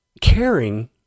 caring